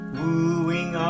wooing